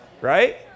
Right